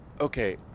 Okay